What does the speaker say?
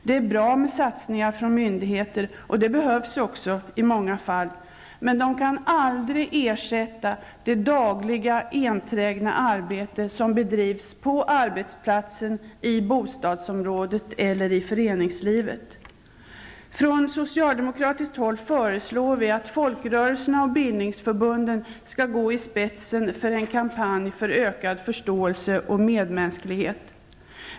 Det är bra med satsningar från myndigheter, och sådana behövs också i många fall, men de kan aldrig ersätta det dagliga enträgna arbete som bedrivs på arbetsplatsen, i bostadsområdet eller i föreningslivet. Från socialdemokratiskt håll föreslår vi att folkrörelserna och bildningsförbunden skall gå i spetsen för en kampanj för ökad förståelse och medmänsklighet.